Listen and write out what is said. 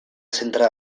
centre